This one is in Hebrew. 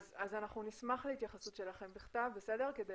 אז אנחנו נשמח להתייחסות שלכם בכתב כדי